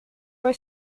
poi